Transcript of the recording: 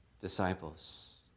disciples